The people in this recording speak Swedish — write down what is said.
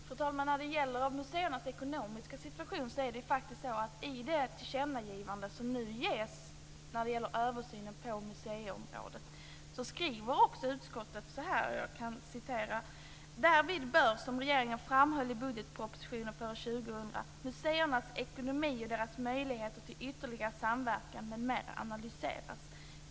Fru talman! När det gäller museernas ekonomiska situation kan jag säga att utskottet i det tillkännagivande som nu görs när det gäller översynen på museiområdet faktiskt skriver så här: "Därvid bör - som regeringen framhöll i budgetpropositionen för år 2000 - museernas ekonomi och deras möjligheter till ytterligare samverkan m.m. analyseras.